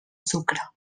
sucre